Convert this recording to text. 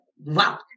Wow